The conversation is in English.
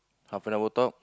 half an hour talk